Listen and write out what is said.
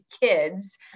kids